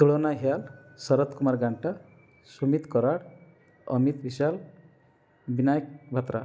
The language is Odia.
ତୁଳନା ହେୟଲ ଶରତ କୁମାର ଗ୍ୟାଙ୍ଗଟର ସୁମିତ କରାଡ ଅମିତ ବିଶ୍ୱାଳ ବିନାୟକ ଭତ୍ରା